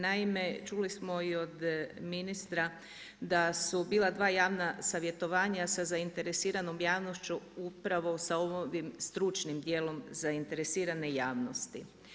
Naime, čuli smo i od ministra da su bila dva javna savjetovanja sa zainteresiranom javnošću upravo sa ovim stručnim dijelom zainteresirane javnosti.